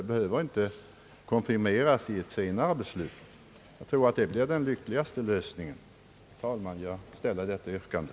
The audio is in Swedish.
Det behöver inte konfirmeras i ett senare beslut. Jag anser det vara den bästa lösningen. Herr talman! Jag ställer detta yrkande.